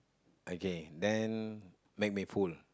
okay then make me full